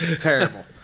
Terrible